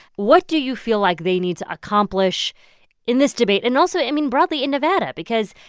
what do you feel like they need to accomplish in this debate and also, i mean, broadly in nevada? because,